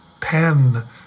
pen